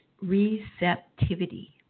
receptivity